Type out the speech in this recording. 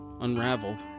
unraveled